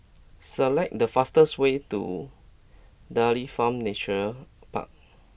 select the fastest way to Dairy Farm Nature Park